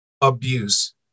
abuse